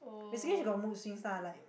basically she got mood swings lah like